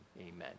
Amen